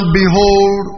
behold